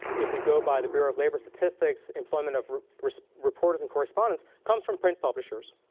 if we go by the bureau of labor statistics, employment of reporters and correspondents comes from print publishers.